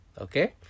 Okay